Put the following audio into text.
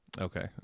okay